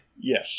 Yes